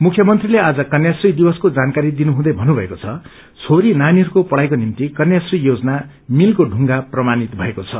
मुख्यमन्त्रीले आज कन्याश्री दिवसको जानक्वरी दिनुहँदै भन्नभएको छ छोरी नानीहरूको पढ़ाईको निम्ति कन्याश्री योजना मिलको ढुंगा प्रमाण भएको छ